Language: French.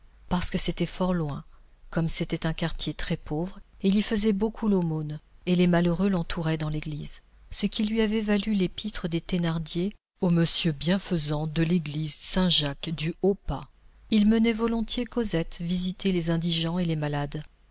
parce que c'était fort loin comme c'est un quartier très pauvre il y faisait beaucoup l'aumône et les malheureux l'entouraient dans l'église ce qui lui avait valu l'épître des thénardier au monsieur bienfaisant de l'église saint jacques du haut pas il menait volontiers cosette visiter les indigents et les malades